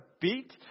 beat